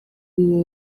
ngo